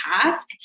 task